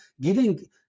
giving